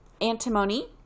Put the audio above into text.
Antimony